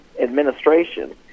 administration